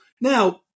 now